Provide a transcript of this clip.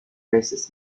versus